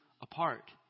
apart